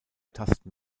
tasten